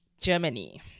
Germany